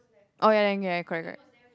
oh ya ya in correct correct